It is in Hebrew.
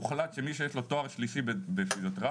הוחלט שלמי שיש תואר שלישי בפיזיותרפיה